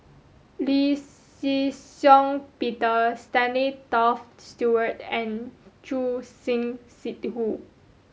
Lee Shih Shiong Peter Stanley Toft Stewart and Choor Singh Sidhu